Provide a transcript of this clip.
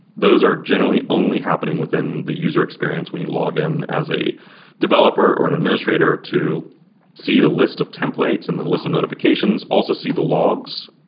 those are generally only happening within the user experience when you log in as a developer or an administrator to see the list of templates and then list the notifi cations. also see the logs.